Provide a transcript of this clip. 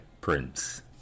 Prince